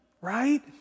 right